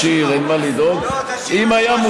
תשיר לנו, אנחנו לא רגילים שלא פונים אלינו בשירה.